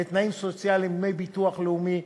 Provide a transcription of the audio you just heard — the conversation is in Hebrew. לתנאים סוציאליים: דמי ביטוח לאומי,